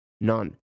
none